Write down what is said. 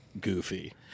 goofy